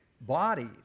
bodies